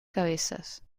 cabezas